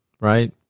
right